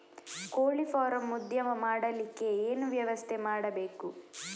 ಕೋಳಿ ಫಾರಂ ಉದ್ಯಮ ಮಾಡಲಿಕ್ಕೆ ಏನು ವ್ಯವಸ್ಥೆ ಮಾಡಬೇಕು?